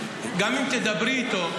גם אם תדברי איתו,